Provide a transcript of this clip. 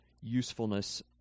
usefulness